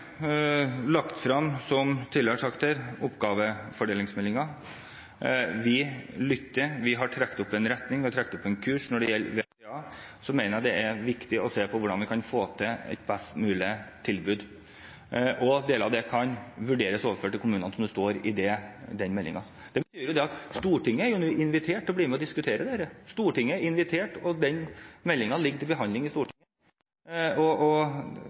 trukket opp en retning, og vi har trukket opp en kurs når det gjelder VTA. Så mener jeg det er viktig å se på hvordan vi kan få et best mulig tilbud. En del av det kan vurderes overført til kommunene, som det står i den meldingen. Det betyr at Stortinget er invitert til å bli med og diskutere dette. Stortinget er invitert, og den meldingen ligger til behandling i Stortinget. Stortinget kan være med, ha synspunkter og